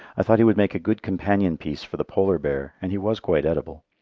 i thought he would make a good companion-piece for the polar bear, and he was quite edible.